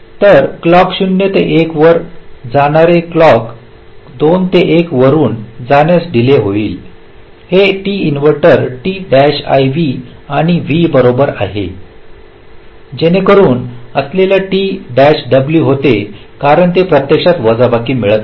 तर क्लॉक 0 ते 1 व जाणारे क्लॉक 2 ते 1 वरून जाण्यास डीले होईल हे t इन्व्हर्टर t iv आणि v बरोबर आहे जेणेकरून तेथे असलेले एकूण t w होते कारण हे प्रत्यक्षात वजाबाकी मिळत आहे